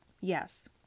Yes